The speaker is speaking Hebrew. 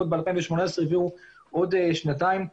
ב-2018 העבירו עוד שנתיים.